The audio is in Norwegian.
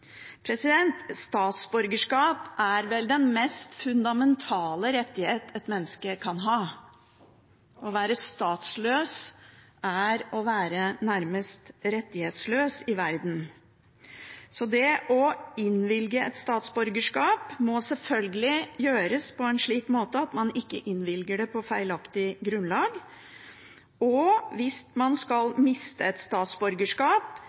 Statsborgerskap er vel den mest fundamentale rettighet et menneske kan ha. Å være statsløs er å være nærmest rettighetsløs i verden. Så det å innvilge et statsborgerskap må selvfølgelig gjøres på en slik måte at man ikke innvilger det på feilaktig grunnlag. Og hvis man skal miste et statsborgerskap,